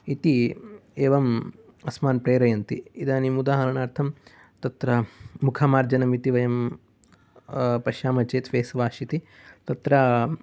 इति एवम् अस्मान् प्रेरयन्ति इदानीम् उदाहरणार्थं तत्र मुखमार्जनम् इति वयं पश्यामः चेत् फेस् वाष् इति तत्र